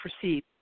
proceed